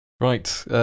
Right